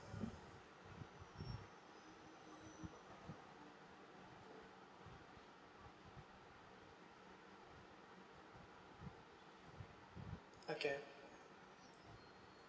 okay